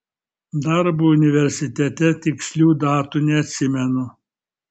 darbui universitete tikslių datų neatsimenu